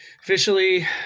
officially